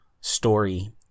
story